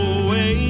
away